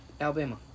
Alabama